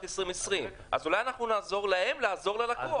2020. אז אולי אנחנו נעזור להם לעזור ללקוח.